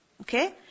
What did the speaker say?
Okay